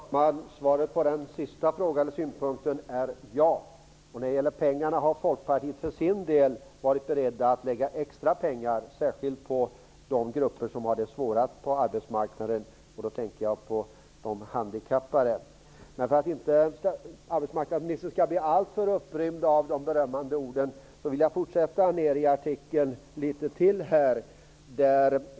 Herr talman! Svaret på den sista frågan är ja. Vi i Folkpartiet har för vår del varit beredda att lägga extra pengar, särskilt på de grupper som har det svårast på arbetsmarknaden. Jag tänker då på de handikappade. Men för att arbetsmarknadsministern skall inte bli alltför upprymd av de berömmande orden vill jag fortsätta att diskutera artikeln litet till.